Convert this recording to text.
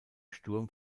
sturm